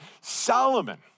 Solomon